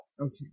Okay